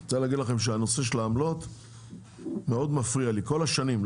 אני רוצה להגיד לכם שהנושא של העמלות מאוד מפריע לי כל השנים,